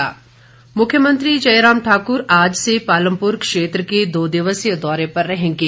मुख्यमंत्री मुख्यमंत्री जयराम ठाकुर आज से पालमपुर क्षेत्र के दो दिवसीय दौरे पर रहेंगे